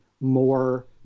more